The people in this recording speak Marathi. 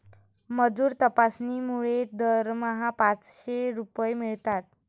मजूर तपासणीमुळे दरमहा पाचशे रुपये मिळतात